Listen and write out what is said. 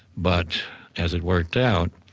but as it worked out,